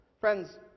Friends